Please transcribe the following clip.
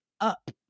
up